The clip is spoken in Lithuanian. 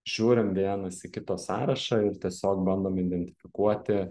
žiūrim vienas į kito sąrašą ir tiesiog bandom identifikuoti